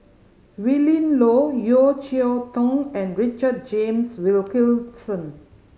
Willin Low Yeo Cheow Tong and Richard James Wilkinson